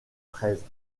fraises